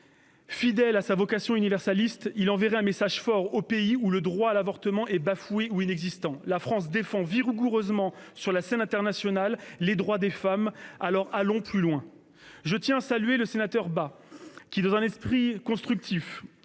Fidèle à sa vocation universaliste, la France enverrait un message fort aux pays où le droit à l'avortement est bafoué ou inexistant. Elle défend vigoureusement sur la scène internationale les droits des femmes ; alors, allons plus loin ! Je tiens à saluer notre collègue Philippe Bas qui, dans un esprit constructif,